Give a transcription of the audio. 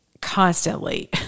constantly